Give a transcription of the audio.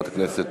ביזיון לאישה,